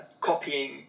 copying